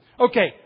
Okay